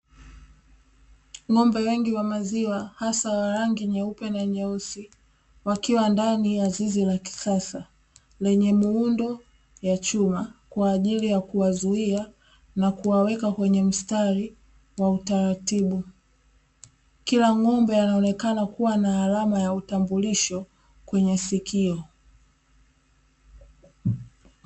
Ng'ombe wengi wa maziwa hasa wa rangi nyeupe na nyeusi wakiwa ndani ya zizi la kisasa lenye muundo wa chuma kwa ajili ya kuwazuia na kuwaweka kwenye mstari wa utaratibu, kila ng'ombe anaonekana kuwa na alama ya utambulisho kwenye sikio.